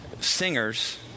singers